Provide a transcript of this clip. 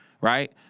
right